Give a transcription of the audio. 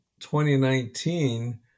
2019